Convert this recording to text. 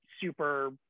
super